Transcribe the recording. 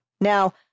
Now